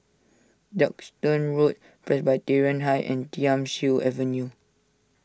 Duxton Road Presbyterian High and Thiam Siew Avenue